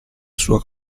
sua